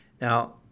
Now